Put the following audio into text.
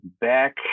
Back